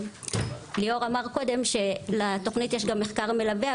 ליאור אמר קודם שלתוכנית יש גם מחקר מלווה,